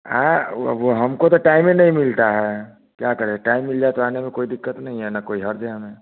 हाँ वह वह हमको तो टाइमे नहीं मिलता है क्या करें टाइम मिल जाए तो आने में कोई दिक्कत नहीं है ना कोई हर्ज है हमें